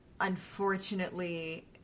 unfortunately